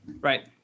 Right